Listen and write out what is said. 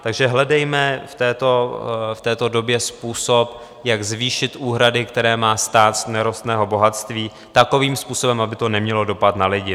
Takže hledejme v této době způsob, jak zvýšit úhrady, které má stát z nerostného bohatství, takovým způsobem, aby to nemělo dopad na lidi.